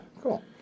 cool